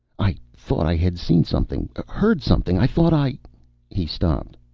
i thought i had seen something. heard something. i thought i he stopped.